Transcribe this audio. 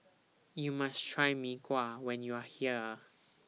YOU must Try Mee Kuah when YOU Are here